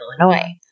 Illinois